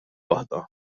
waħda